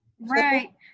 Right